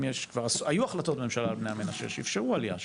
היו החלטות ממשלה על בני המנשה שאפשרו עלייה שלהם.